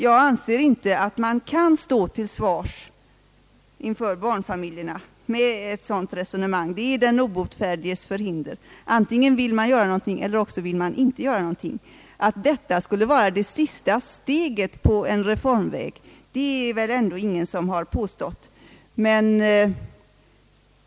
Jag anser inte att man kan stå till svars inför barnfamiljerna med ett sådant resonemansg. Det är den obotfärdiges förhinder. Antingen vill man göra någonting eller också vill man det inte. Att detta skulle vara sista steget på reformvägen har väl ändå ingen påstått.